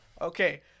Okay